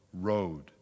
road